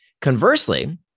Conversely